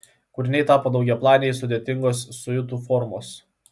kūriniai tapo daugiaplaniai sudėtingos siuitų formos